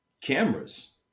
Cameras